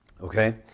Okay